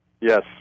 Yes